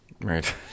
right